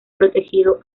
protegido